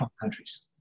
countries